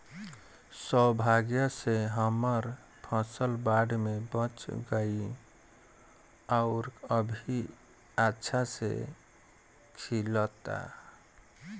सौभाग्य से हमर फसल बाढ़ में बच गइल आउर अभी अच्छा से खिलता